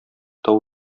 тау